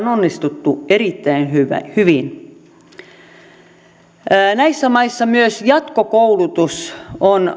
onnistuttu erittäin hyvin näissä maissa myös jatkokoulutus on